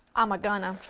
i'm gonna!